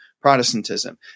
Protestantism